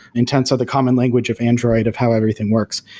intents of the common language of android of how everything works.